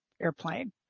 airplane